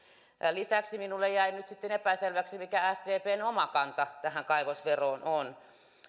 lisäksi minulle jäi nyt sitten epäselväksi mikä sdpn oma kanta tähän kaivosveroon on